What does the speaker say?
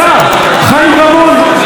חיים רמון,